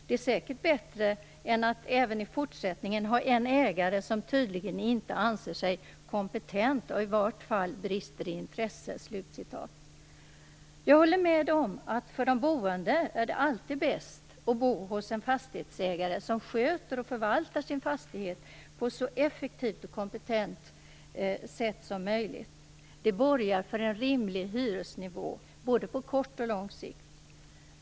Det är säkert bättre än att även i fortsättningen ha en ägare som tydligen inte anser sig kompetent och i vart fall brister i intresse." Jag håller med statsrådet om att det för de boende alltid är bäst att bo hos en fastighetsägare som sköter och förvaltar sin fastighet på ett så effektivt och kompetent sätt som möjligt. Det borgar för en rimlig hyresnivå, på både kort och lång sikt.